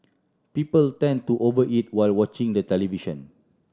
people tend to over eat while watching the television